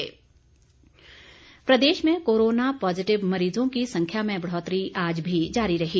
Covid update प्रदेश में corona positive मरीजों की संख्या में बढ़ोतरी आज भी जारी रही